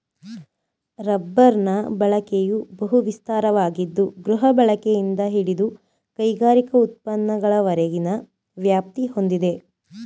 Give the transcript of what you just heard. ರಬ್ಬರ್ನ ಬಳಕೆಯು ಬಹು ವಿಸ್ತಾರವಾಗಿದ್ದು ಗೃಹಬಳಕೆಯಿಂದ ಹಿಡಿದು ಕೈಗಾರಿಕಾ ಉತ್ಪನ್ನಗಳವರೆಗಿನ ವ್ಯಾಪ್ತಿ ಹೊಂದಿದೆ